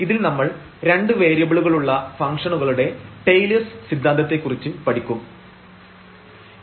ഇതിൽ നമ്മൾ രണ്ട് വേരിയബിളുകളുള്ള ഫംഗ്ഷനുകളുടെ ടെയ്ലെഴ്സ് സിദ്ധാന്തത്തെക്കുറിച്ച് Taylor's Theorem for Functions of Two Variables പഠിക്കും